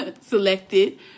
selected